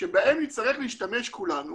שבהם נצטרך להשתמש כולנו